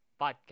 podcast